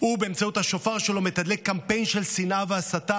והוא לא הצליח להתפתח או להתפכח מאז ולהבין שמשהו